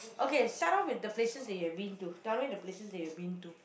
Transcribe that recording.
okay start up with the places that you have been to tell me the places that you have been to